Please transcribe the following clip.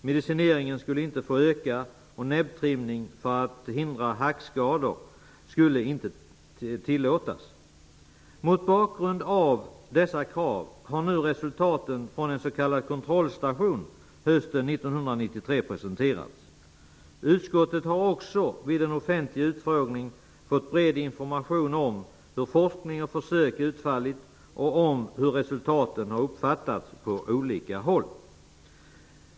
Medicineringen fick inte öka, och näbbtrimning för att hindra hackskador skulle inte tillåtas. Mot bakgrund av dessa krav har nu resultaten från en s.k. kontrollstation hösten 1993 Utskottet har också vid en offentlig utfrågning fått bred information om hur forskning och försök utfallit och om hur resultaten har uppfattats på olika håll.